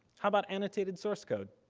how about annotated source-code?